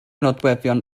nodweddion